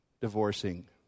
divorcing